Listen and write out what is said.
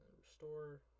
restore